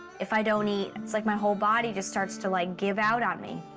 if i don't eat, it's like my whole body just starts to, like, give out on me.